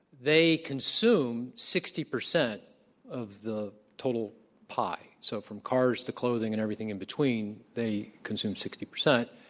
they consume sixty percent of the total pie. so, from cars to clothing and everything in between, they consume sixty percent.